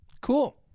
Cool